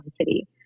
city